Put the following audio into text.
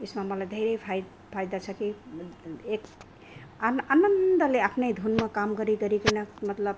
यसमा मलाई धेरै फाइ फाइदा छ कि एक आनन्दले आफ्नै धुनमा काम गरी गरिकिन मतलब